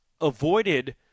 avoided